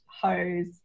hose